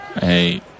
Hey